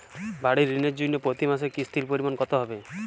বাড়ীর ঋণের জন্য প্রতি মাসের কিস্তির পরিমাণ কত হবে?